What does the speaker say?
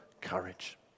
courage